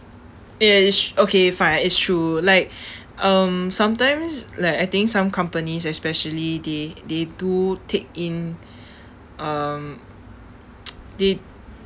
ya it's tr~ okay fine it's true like um sometimes like I think some companies especially they they do take in um they